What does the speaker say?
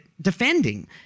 defending